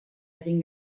egin